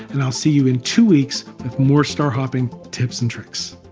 and i'll see you in two weeks with more star hopping tips and tricks.